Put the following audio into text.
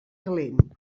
calent